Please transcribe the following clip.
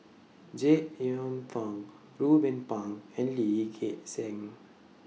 Jek Yeun Thong Ruben Pang and Lee Gek Seng